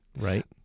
right